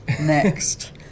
next